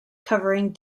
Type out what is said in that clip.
covering